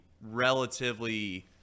relatively